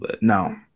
No